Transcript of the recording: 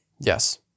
Yes